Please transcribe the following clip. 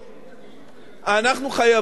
אנחנו חייבים לנהוג באחריות.